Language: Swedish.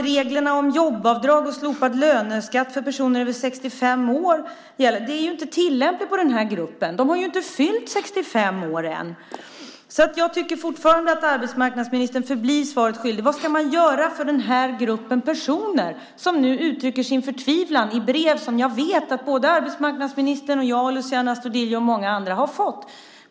Reglerna om jobbavdrag och slopad löneskatt för personer över 65 år är inte tillämpliga på den här gruppen. De har ju inte fyllt 65 år än. Jag tycker fortfarande att arbetsmarknadsministern blir svaret skyldig. Vad ska man göra för denna grupp personer som nu uttrycker sin förtvivlan i brev som jag vet att arbetsmarknadsministern, jag, Luciano Astudillo och många andra har fått?